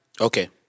okay